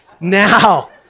Now